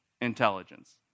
intelligence